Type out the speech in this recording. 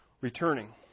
returning